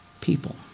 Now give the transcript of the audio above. people